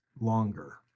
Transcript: longer